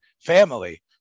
family